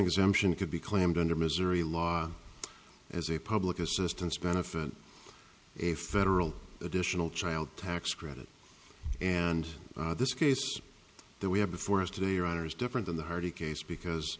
exemption could be claimed under missouri law as a public assistance benefit a federal additional child tax credit and this case that we have before us today your honor is different than the hardy case because